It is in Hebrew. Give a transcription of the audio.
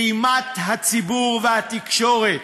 אימת הציבור והתקשורת.